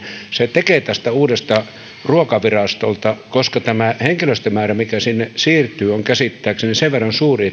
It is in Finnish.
tekee tästä uudesta ruokavirastosta koska tämä henkilöstömäärä mikä sinne siirtyy on käsittääkseni sen verran suuri